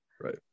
Right